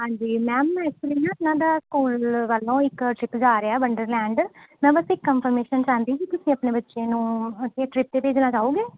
ਹਾਂਜੀ ma'am actually ਨਾ ਇਹਨਾਂ ਦਾ ਸਕੂਲ ਵੱਲੋਂ ਇੱਕ ਟਰਿੱਪ ਜਾ ਰਿਹਾ ਵੰਡਰਲੈਂਡ ਮੈਂ ਬਸ ਇੱਕ ਕੰਫਰਮੇਸ਼ਨ ਚਾਹੁੰਦੀ ਸੀ ਤੁਸੀਂ ਆਪਣੇ ਬੱਚੇ ਨੂੰ ਇਸ ਟਰਿੱਪ 'ਤੇ ਭੇਜਣਾ ਚਾਹੋਗੇ